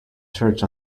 church